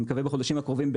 אני מקווה שבחודשים הקרובים,